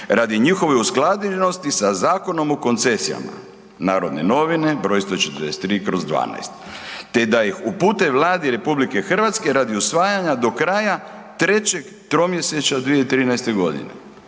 radi njihove usklađenosti sa Zakonom o koncesijama, Narodne novine br. 143/12 te da ih upute Vlade RH radi usvajanja do kraja 3. tromjesečja 2013. g.